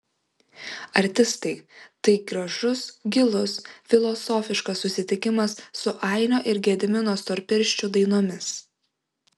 artistai tai gražus gilus filosofiškas susitikimas su ainio ir gedimino storpirščių dainomis